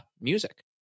music